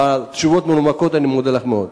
אבל על התשובות המנומקות אני מודה לך מאוד.